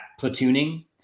platooning